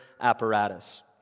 apparatus